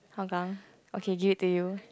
Hougang okay give it to you